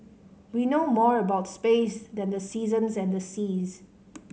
we know more about space than the seasons and the seas